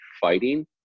fighting